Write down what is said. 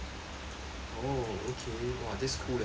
oh okay !wah! this cool leh